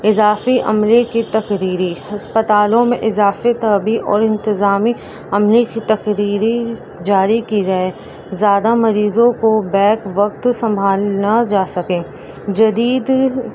اضافی عملے کی تکریری ہسپتالوں میں اضافی طبی اور انتظامی عملے کی تکھریری جاری کی جائے زیادہ مریضوں کو بیک وقت سنبھالنا جا سکے جدید